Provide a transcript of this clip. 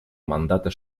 мандата